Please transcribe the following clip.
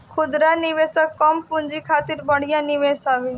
खुदरा निवेशक कम पूंजी खातिर बढ़िया निवेश हवे